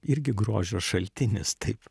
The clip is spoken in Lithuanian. irgi grožio šaltinis taip